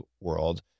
world